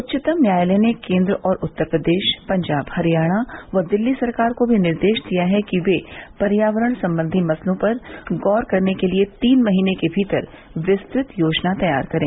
उच्चतम न्यायालय ने केंद्र और उत्तर प्रदेश पंजाब हरियाणा व दिल्ली सरकार को भी निर्देश दिया है कि वे पर्यावरण संबंधी मसलों पर गौर करने के लिए तीन महीने के भीतर विस्तृत योजना तैयार करें